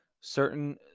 certain